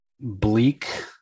bleak